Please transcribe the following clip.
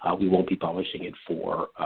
ah we won't be publishing it for